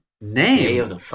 name